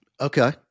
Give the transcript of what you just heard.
Okay